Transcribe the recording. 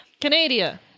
Canada